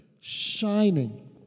shining